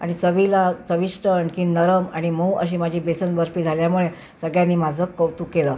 आणि चवीला चविष्ट आणखीन नरम आणि मऊ अशी माझी बेसन बर्फी झाल्यामुळे सगळ्यांनी माझं कौतुक केलं